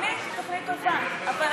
התוכנית היא תוכנית טובה,